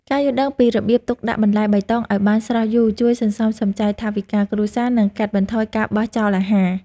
ការយល់ដឹងពីរបៀបទុកដាក់បន្លែបៃតងឱ្យបានស្រស់យូរជួយសន្សំសំចៃថវិកាគ្រួសារនិងកាត់បន្ថយការបោះចោលអាហារ។